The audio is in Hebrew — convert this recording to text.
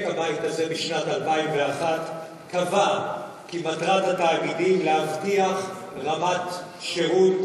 הבית הזה בשנת 2001 קבע כי מטרת התאגידים להבטיח רמת שירות,